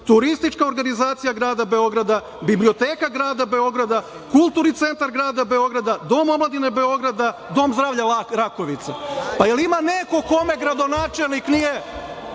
Turistička organizacija grada Beograda, Biblioteka grada Beograda, Kulturni centar grada Beograda, Dom omladine Beograda, Dom zdravlja Rakovica. Jel ima neko kome gradonačelnik nije